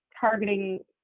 targeting